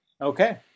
okay